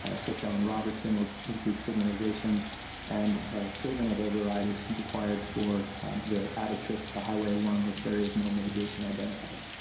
ah soquel and robertson will include signalization and a statement of override is required for the added trips to highway one, which there is no mitigation identified.